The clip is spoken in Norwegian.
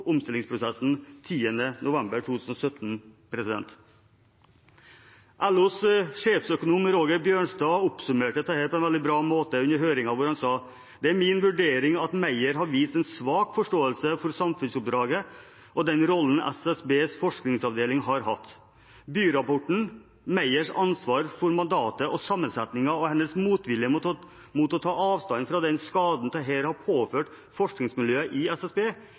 omstillingsprosessen 10. november 2017. LOs sjefsøkonom, Roger Bjørnstad, oppsummerte dette på en veldig bra måte under høringen, hvor han sa: «Det er min vurdering at Meyer har vist en svak forståelse for samfunnsoppdraget og den rollen SSBs forskningsavdeling har hatt. Bye-rapporten, Meyers ansvar for mandatet og sammensetningen og hennes motvilje mot å ta avstand fra den skaden dette har påført forskningsmiljøet i SSB,